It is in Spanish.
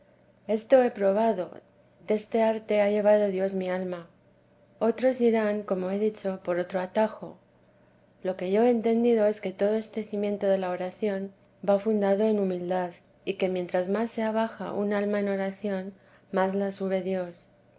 esto he probado deste arte ha llevado dios mi alma otros irán como he dicho por otro atajo lo que yo he entendido es que todo este cimiento de la oración va fundado en humildad y que mientras más se abaja un alma en oración más la sube dios